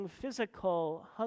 physical